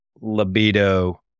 libido